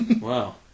Wow